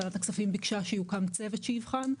ועדת הכספים ביקשה שיוקם צוות שיבחן,